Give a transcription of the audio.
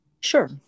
sure